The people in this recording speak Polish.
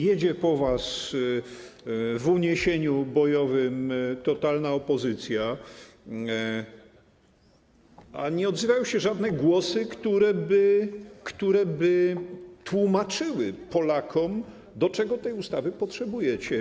Jedzie po was w uniesieniu bojowym totalna opozycja, a nie odzywają się żadne głosy, które by tłumaczyły Polakom, do czego tej ustawy potrzebujecie.